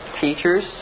teachers